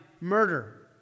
murder